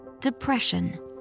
depression